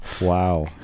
Wow